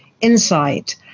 insight